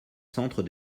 centres